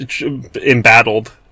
embattled